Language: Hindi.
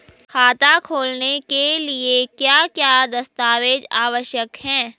खाता खोलने के लिए क्या क्या दस्तावेज़ आवश्यक हैं?